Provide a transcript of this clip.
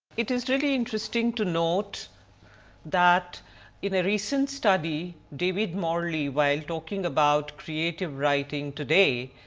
it is really interesting to note that in a recent study, david morley while talking about creative writing today,